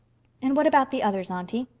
and what about the others, aunty?